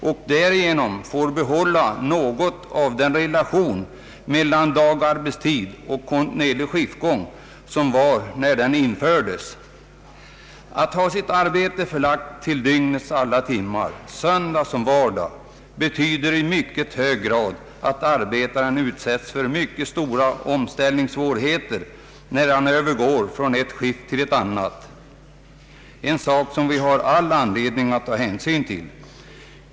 Därigenom bibehålles något av den relation mellan dagarbetstid och kontinuerlig skiftgång som fanns när den infördes. Den som har sitt arbete förlagt till dygnets alla timmar, söndag som vardag, utsätts för mycket stora omställningssvårigheter när han övergår från ett skift till ett annat — en sak som vi har all anledning ta hänsyn till.